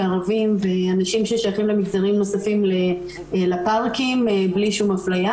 ערבים ואנשים שייכים למגזרים נוספים לפארקים ללא אפליה